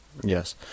Yes